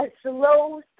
slow